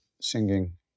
singing